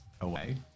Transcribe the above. away